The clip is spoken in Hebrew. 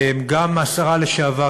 גם השרה לשעבר,